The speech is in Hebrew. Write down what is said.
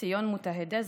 ציון מוטהדה,